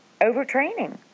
overtraining